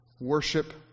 Worship